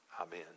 Amen